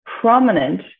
prominent